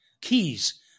keys